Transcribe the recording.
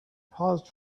paused